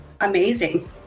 Amazing